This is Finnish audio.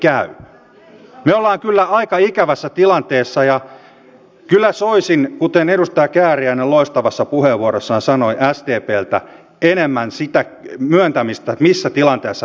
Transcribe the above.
me olemme kyllä aika ikävässä tilanteessa ja kyllä soisin kuten edustaja kääriäinen loistavassa puheenvuorossaan sanoi sdpltä enemmän sen myöntämistä missä tilanteessa me olemme